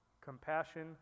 compassion